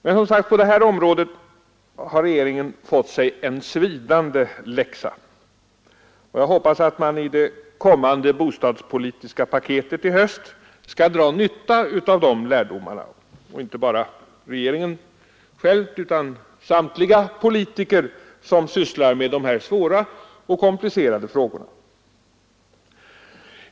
Men, som sagt, på det här området har regeringen fått sig en svidande läxa, och jag hoppas att man i det kommande bostadspolitiska paketet i höst skall dra nytta av lärdomarna. Det gäller inte bara regeringen utan samtliga politiker som sysslar med dessa svåra och komplicerade frågor.